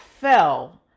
fell